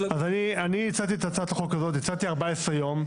אני הצעתי את הצעת החוק הזאת, הצעתי 14 יום.